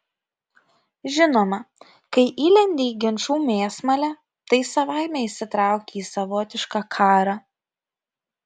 žinoma kai įlendi į ginčų mėsmalę tai savaime įsitrauki į savotišką karą